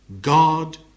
God